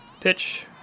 Pitch